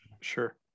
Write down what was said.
Sure